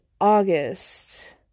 August